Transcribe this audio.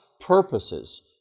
purposes